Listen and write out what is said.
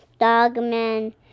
Dogman